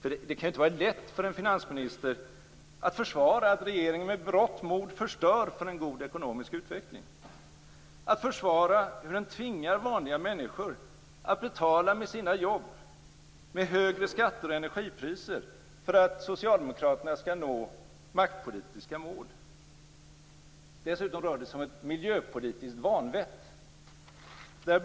För det kan ju inte vara lätt för en finansminister att försvara att regeringen med berått mod förstör för en god ekonomisk utveckling och att försvara att han tvingar vanliga människor att betala med sina jobb, med högre skatter och energipriser, för att Socialdemokraterna skall nå maktpolitiska mål. Dessutom rör det sig om ett miljöpolitiskt vanvett.